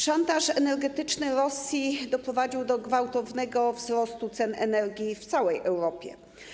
Szantaż energetyczny Rosji doprowadził do gwałtownego wzrostu cen energii w całej Europie.